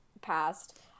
past